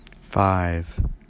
five